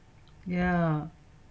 ya